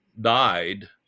died